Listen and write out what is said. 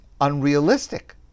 unrealistic